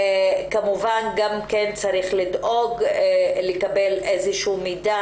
כמובן גם צריך לדאוג לקבל מידע,